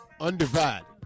undivided